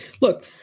look